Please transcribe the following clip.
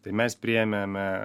tai mes priėmėme